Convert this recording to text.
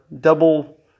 double